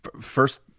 first